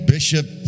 Bishop